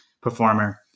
performer